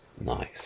nice